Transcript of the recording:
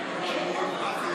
העולם כולו במשבר לא פשוט,